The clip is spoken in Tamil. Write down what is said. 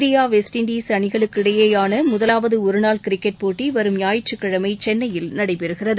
இந்திய வெஸ்ட் இண்டீஸ் அணிகளுக்கிடையேயான முதலாவது ஒருநாள் கிரிக்கெட் போட்டி வரும் ஞாயிற்றுக்கிழமை சென்னையில் நடைபெறுகிறது